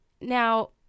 now